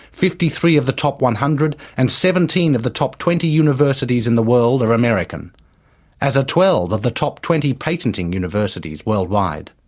fifty three of the top one hundred and seventeen of the top twenty universities in the world are american as are twelve of the top twenty patenting universities worldwide.